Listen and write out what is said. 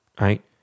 right